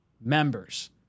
members